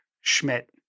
Schmidt